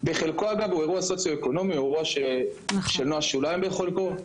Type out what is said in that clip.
בחלקו אגב הוא אירוע סוציו אקונומי או אירוע שוליים בחלקו,